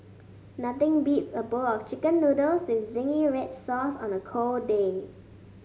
nothing beats a bowl of chicken noodles with zingy red sauce on a cold day